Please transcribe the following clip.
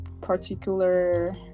particular